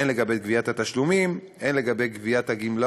הן לגבי גביית התשלומים והן לגבי הגמלאות